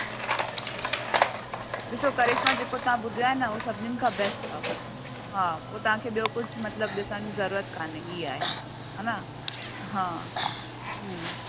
ॾिसो करिशमा जेको तव्हां ॿुधियो आहे न उहो सभनिनि खां बेस्ट अथव हा पोइ तव्हांखे ॿियो कुझु मतलबु ॾिसण जी ज़रूरत काने ई आहे हान हा हम्म